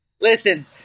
Listen